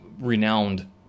renowned